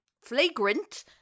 flagrant